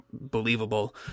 believable